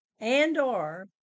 and/or